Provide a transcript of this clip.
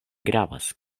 gravas